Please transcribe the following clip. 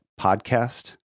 podcast